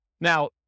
Now